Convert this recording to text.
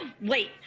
Wait